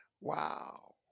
Wow